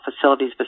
facilities